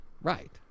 Right